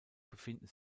befinden